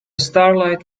starlight